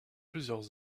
plusieurs